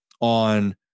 on